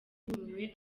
bumiwe